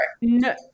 no